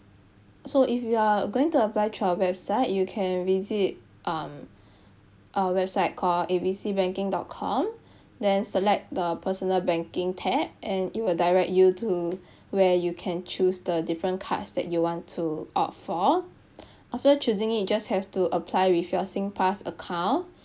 so if you are going to apply through our website you can visit um our website called A B C banking dot com then select the personal banking tab and it will direct you to where you can choose the different cards that you want to opt for after choosing it you just have to apply with your singpass account